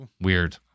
Weird